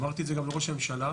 ואמרתי את זה גם לראש הממשלה,